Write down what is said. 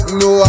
no